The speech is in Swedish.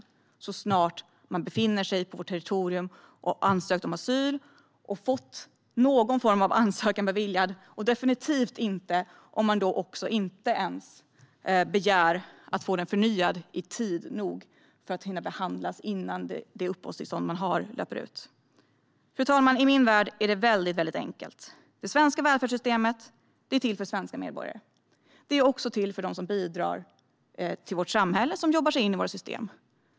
Det gäller så snart de befinner sig på vårt territorium, har ansökt om asyl och har fått någon form av ansökan beviljad. Det ska definitivt inte gälla om de inte ens begär att få sin ansökan förnyad i tid för att hinna behandlas innan det uppehållstillstånd de har löper ut. Fru talman! I min värld är det väldigt enkelt. Det svenska välfärdssystemet är till för svenska medborgare. Det är också till för dem som bidrar till vårt samhälle och jobbar sig in i våra system.